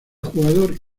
jugador